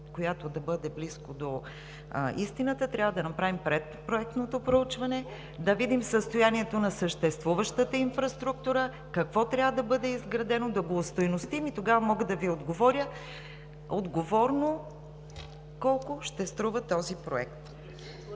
която да бъде близо до истината, трябва да направим предпроектното проучване, да видим състоянието на съществуващата инфраструктура – какво трябва да бъде изградено, да го остойностим. Тогава отговорно мога да Ви отговоря колко ще струва този проект.